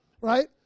right